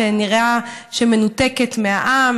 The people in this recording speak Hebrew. שנראה שהיא מנותקת מהעם,